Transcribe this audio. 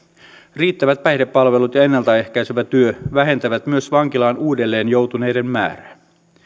riittävät päihdepalvelut ja ennalta ehkäisevä työ vähentävät myös vankilaan uudelleen joutuneiden määrää